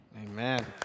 Amen